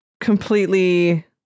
completely